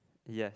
yes